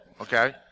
Okay